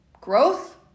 growth